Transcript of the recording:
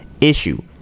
issue